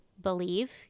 believe